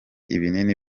ibinini